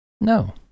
No